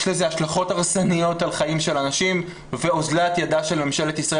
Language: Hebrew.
יש לזה השלכות הרסניות על חיים של אנשים ואזלת ידה של ממשלת ישראל